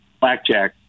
blackjack